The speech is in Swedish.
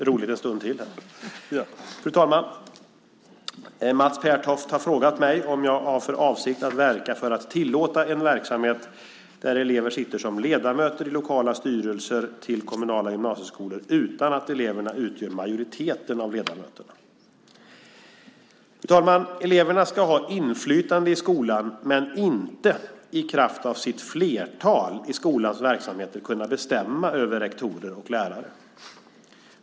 Fru talman! Mats Pertoft har frågat mig om jag har för avsikt att verka för att tillåta en verksamhet där elever sitter som ledamöter i lokala styrelser för kommunala gymnasieskolor utan att eleverna utgör majoriteten av ledamöterna. Fru talman! Eleverna ska ha inflytande i skolan, men inte i kraft av sitt flertal i skolans verksamheter kunna bestämma över rektorer och lärare.